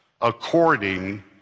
according